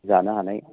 जानो हानाय